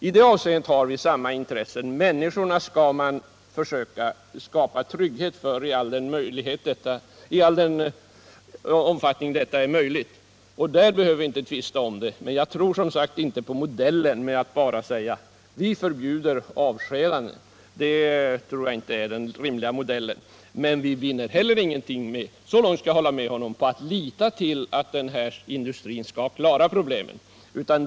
I det avseendet har vi samma intressen: att försöka skapa trygghet för alla i den omfattning detta är möjligt. Därvidlag behöver vi inte tvista, men jag tror, som sagt, inte på modellen med att bara förbjuda avskedanden. Jag tror inte att den är rimlig. Men så långt skall jag hålla med herr Hagberg att vi heller inte vinner någonting på att lita till att den här industrin skall klara problemen.